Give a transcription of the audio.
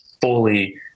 fully